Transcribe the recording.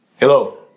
Hello